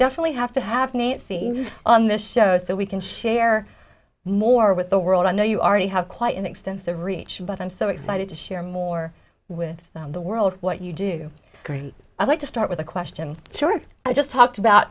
definitely have to have neat things on the show so we can share more with the world i know you already have quite an extensive reach but i'm so excited to share more with the world what you do i'd like to start with a question sure i just talked about